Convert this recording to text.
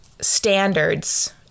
standards